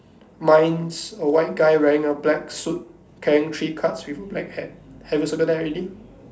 mine's a white guy wearing a black suit carrying three cards with a black hat have you circled that already